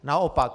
Naopak.